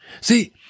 See